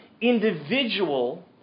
individual